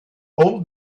old